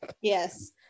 Yes